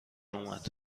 اومد